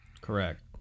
Correct